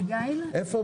איפה